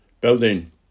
building